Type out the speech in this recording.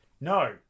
no